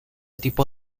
tipo